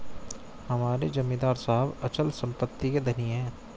हमारे जमींदार साहब अचल संपत्ति के धनी हैं